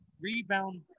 Rebound